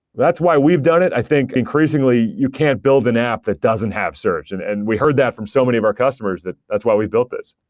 that's why we've done it. i think, increasingly, you can't build an app that doesn't have search, and and we heard that from so many of our customers. that's why we built this.